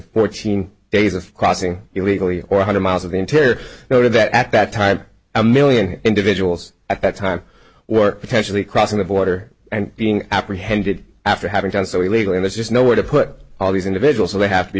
fourteen days of crossing illegally or one hundred miles of the interior noted that at that time a million individuals at that time were potentially crossing the border and being apprehended after having done so illegal and there's just no way to put all these individuals they have to be